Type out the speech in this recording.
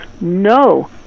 no